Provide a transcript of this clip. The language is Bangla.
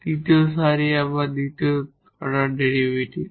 তৃতীয় সারি আবার দ্বিতীয় অর্ডার ডেরিভেটিভ